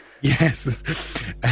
Yes